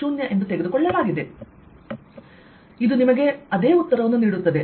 ಮತ್ತು ಇದು ನಿಮಗೆ ಅದೇ ಉತ್ತರವನ್ನು ನೀಡುತ್ತದೆ